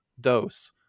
dose